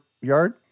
yard